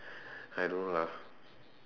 I don't know lah